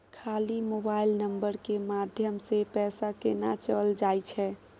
खाली mobile number के माध्यम से पैसा केना चल जायछै?